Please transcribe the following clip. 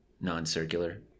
Non-circular